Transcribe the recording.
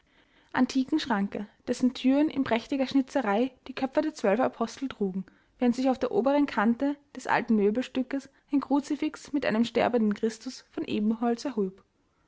antiken schranke dessen thüren in prächtiger schnitzerei die köpfe der zwölf apostel trugen während sich auf der oberen kante des alten möbelstückes ein kruzifix mit einem sterbenden christus von ebenholz erhob